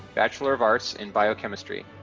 bachelor of arts in biochemistry.